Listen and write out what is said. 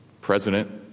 President